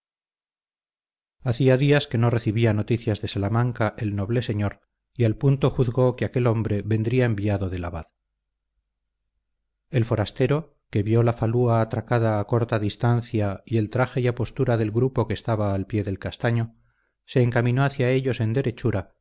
hacía días que no recibía noticias de salamanca el noble señor y al punto juzgó que aquel hombre vendría enviado del abad el forastero que vio la falúa atracada a corta distancia y el traje y apostura del grupo que estaba al pie del castaño se encaminó hacia ellos en derechura